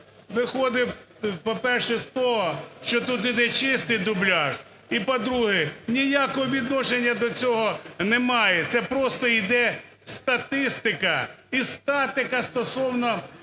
Виходимо, по-перше, з того, що тут іде чистий дубляж і, по-друге, ніякого відношення до цього немає. Це просто іде статистика і статика стосовно